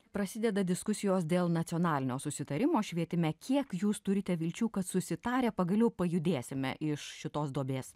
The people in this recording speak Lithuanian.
prasideda diskusijos dėl nacionalinio susitarimo švietime kiek jūs turite vilčių kad susitarę pagaliau pajudėsime iš šitos duobės